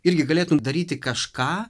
irgi galėtum daryti kažką